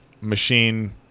machine